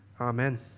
Amen